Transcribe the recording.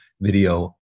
video